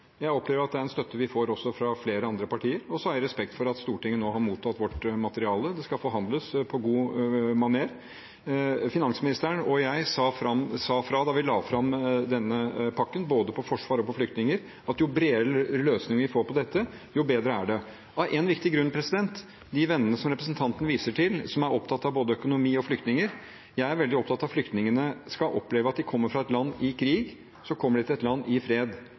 Jeg opplever at det er en støtte vi også får fra flere andre partier. Så har jeg respekt for at Stortinget nå har mottatt vårt materiale. Det skal forhandles på god maner. Finansministeren og jeg sa ifra da vi la fram denne pakken – både på forsvar og på flyktninger – om at jo bredere løsninger vi får på dette, jo bedre er det. Av én viktig grunn: De vennene som representanten viser til, som er opptatt av både økonomi og flyktninger. Jeg er veldig opptatt av at flyktningene skal oppleve at de kommer fra et land i krig til et land i fred,